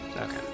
Okay